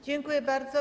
Dziękuję bardzo.